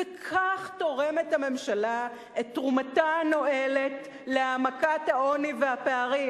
וכך תורמת הממשלה את תרומתה הנואלת להעמקת העוני והפערים.